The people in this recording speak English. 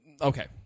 okay